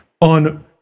on